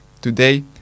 today